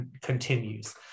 continues